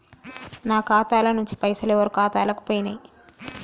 నా ఖాతా ల నుంచి పైసలు ఎవరు ఖాతాలకు పోయినయ్?